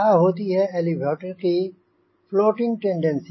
क्या होती है एलीवेटर की फ्लोटिंग टेंडेंसी